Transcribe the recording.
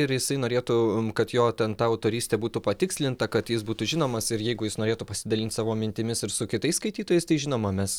ir jisai norėtų kad jo ten ta autorystė būtų patikslinta kad jis būtų žinomas ir jeigu jis norėtų pasidalint savo mintimis ir su kitais skaitytojais tai žinoma mes